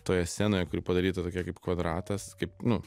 toje scenoje kuri padaryta tokia kaip kvadratas kaip nu